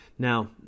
Now